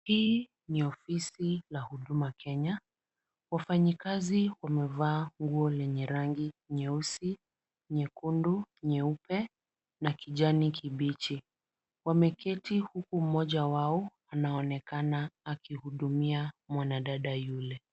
Hii ni ofisi la Huduma Kenya, wafanyikazi wamevaa nguo lenye rangi nyeusi nyekundu, nyeupe na kijani kibichi. Wameketi huku mmoja wao anaonekana akihudumia mwanadada yule.